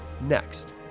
next